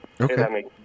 Okay